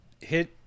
hit